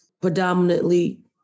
predominantly